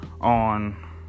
on